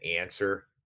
answer